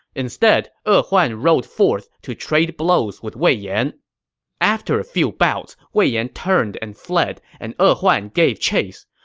instead e huan rode forth to trade blows with wei yan after a few bouts, wei yan turned and fled, and e huan gave chase.